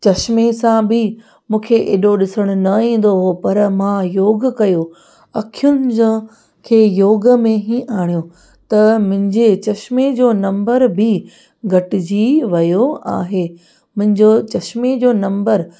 चश्मे सां बि मूंखे एॾो ॾिसण न ईंदो हुओ पर मां योग कयो अखियुनि जा खे योग में ई आणियो त मुंहिंजे चश्मे जो नंबर बि घटिजी वियो आहे मुंहिंजो चश्मे जो नंबर